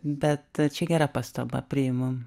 bet čia gera pastaba priimam